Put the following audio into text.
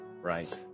Right